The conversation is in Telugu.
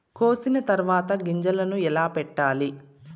కోసిన తర్వాత గింజలను ఎలా పెట్టాలి